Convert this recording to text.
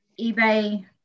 eBay